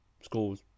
schools